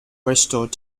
restored